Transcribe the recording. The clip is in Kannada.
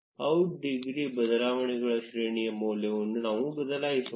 ಔಟ್ ಡಿಗ್ರಿ ಬದಲಾವಣೆಗಳ ಶ್ರೇಣಿಯ ಮೌಲ್ಯವನ್ನು ನಾವು ಬದಲಾಯಿಸೋಣ